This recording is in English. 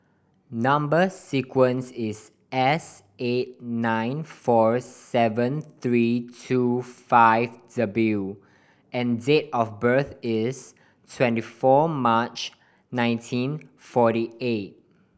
number sequence is S eight nine four seven three two five W and date of birth is twenty four March nineteen forty eight